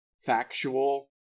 factual